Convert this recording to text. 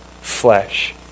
flesh